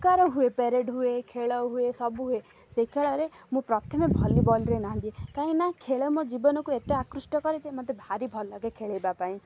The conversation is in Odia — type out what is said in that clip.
ପ୍ରକାର ହୁଏ ପରେଡ଼୍ ହୁଏ ଖେଳ ହୁଏ ସବୁ ହୁଏ ସେ ଖେଳରେ ମୁଁ ପ୍ରଥମେ ଭଲିବଲ୍ରେ ନାଁ ଦିଏ କାହିଁକିନା ଖେଳ ମୋ ଜୀବନକୁ ଏତେ ଆକୃଷ୍ଟ କରେ ଯେ ମତେ ଭାରି ଭଲ ଲାଗେ ଖେଳିବା ପାଇଁ